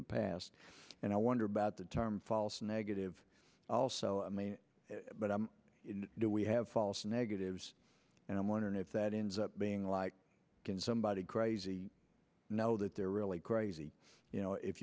the past and i wonder about the term false negative also i mean but i do we have false negatives and i'm wondering if that ends up being like can somebody crazy now that they're really crazy you know if